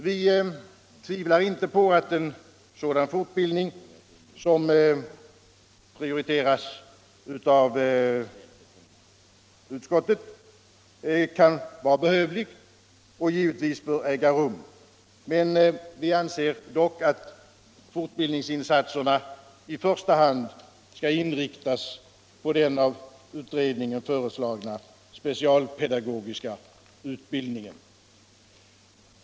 Vi tvivlar inte på att en sådan fortbildning som prioriteras av utskottet kan vara behövlig och givetvis bör äga rum. Vi anser dock att fortbildningsinsatserna i första hand skall inriktas på den av utredningen föreslagna specialpedagogiska utbildningen.